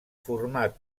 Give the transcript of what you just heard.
format